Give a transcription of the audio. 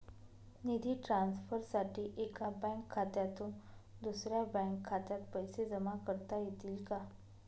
निधी ट्रान्सफरसाठी एका बँक खात्यातून दुसऱ्या बँक खात्यात पैसे जमा करता येतील का?